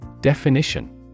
Definition